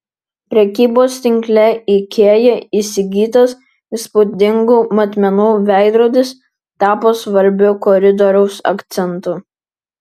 prekybos tinkle ikea įsigytas įspūdingų matmenų veidrodis tapo svarbiu koridoriaus akcentu